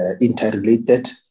interrelated